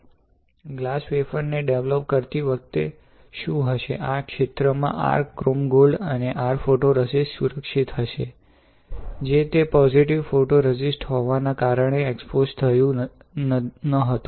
glass wafer ને develop કરતી વખતે શું હશે આ ક્ષેત્રમાં r ક્રોમ ગોલ્ડ અને r ફોટોરેઝિસ્ટ સુરક્ષિત હશે જે તે પોજિટિવ ફોટોરેઝિસ્ટ હોવાના કારણે એક્સ્પોઝ થયુ ન હતું